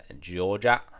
Georgia